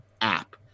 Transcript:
app